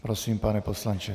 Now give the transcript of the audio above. Prosím, pane poslanče.